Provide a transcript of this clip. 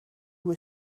were